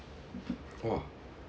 !whoa!